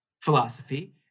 philosophy